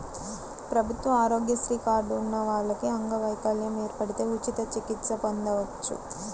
ప్రభుత్వ ఆరోగ్యశ్రీ కార్డు ఉన్న వాళ్లకి అంగవైకల్యం ఏర్పడితే ఉచిత చికిత్స పొందొచ్చు